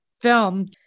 film